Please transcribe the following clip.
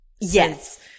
Yes